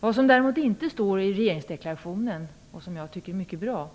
Vad det däremot inte sägs något om i regeringsdeklarationen, och det tycker jag är mycket bra,